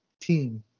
team